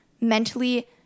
mentally